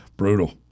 brutal